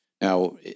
Now